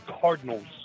Cardinals